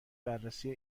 بررسی